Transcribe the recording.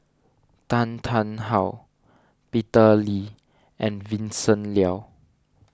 Tan Tarn How Peter Lee and Vincent Leow